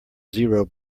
zero